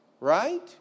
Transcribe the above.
right